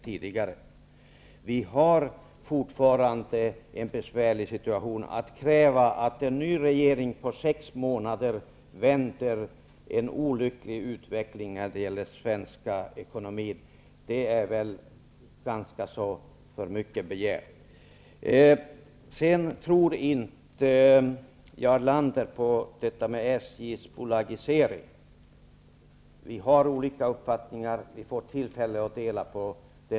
Situationen är fortfarande besvärlig. Det är väl ändå för mycket begärt att en ny regering på sex månader skall kunna vända den olyckliga utvecklingen av svensk ekonomi. Jarl Lander tror inte på detta med SJ:s bolagisering. Vi har olika uppfattningar, som vi senare får tillfälle att diskutera.